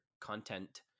content